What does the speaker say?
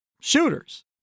Shooters